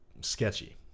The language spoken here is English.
sketchy